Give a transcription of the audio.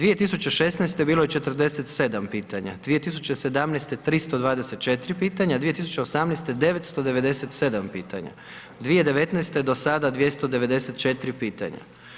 2016. bilo je 47 pitanja, 2017. 324 pitanja, 2018. 997 pitanja, 2019. do sada 294 pitanja.